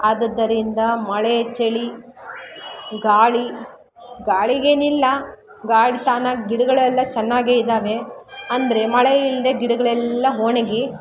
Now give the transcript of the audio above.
ಆದುದರಿಂದ ಮಳೆ ಚಳಿ ಗಾಳಿ ಗಾಳಿಗೇನಿಲ್ಲ ಗಾಳಿ ತಾನಾಗಿ ಗಿಡಗಳೆಲ್ಲ ಚೆನ್ನಾಗೇ ಇದ್ದಾವೆ ಅಂದರೆ ಮಳೆ ಇಲ್ಲದೆ ಗಿಡಗಳೆಲ್ಲ ಒಣಗಿ